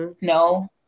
No